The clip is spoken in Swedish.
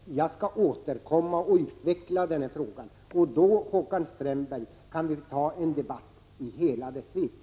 Jag skall återkomma och utveckla den här frågan, och då, Håkan Strömberg, kan vi ta en debatt om frågan i hela dess vidd.